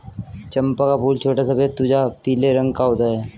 चंपा का फूल छोटा सफेद तुझा पीले रंग का होता है